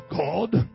God